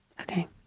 Okay